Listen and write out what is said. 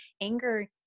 anger